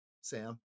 Sam